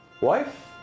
wife